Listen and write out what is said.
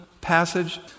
passage